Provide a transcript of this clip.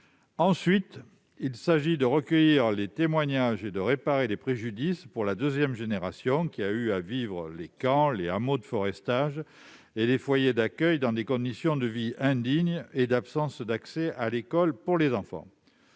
Ensuite, il s'agit de recueillir les témoignages et de réparer [les préjudices] pour la deuxième génération qui a eu à vivre les camps, qui a eu à vivre les hameaux de forestage ou les foyers dans des conditions de vie indignes et l'absence d'accès à l'école pour les enfants.